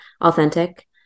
authentic